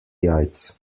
jajc